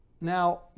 Now